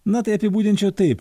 na tai apibūdinčiau taip